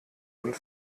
und